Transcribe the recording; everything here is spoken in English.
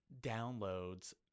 downloads